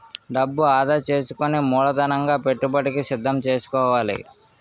డబ్బు ఆదా సేసుకుని మూలధనంగా పెట్టుబడికి సిద్దం సేసుకోవాలి